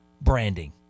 branding